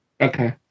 okay